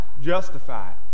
justified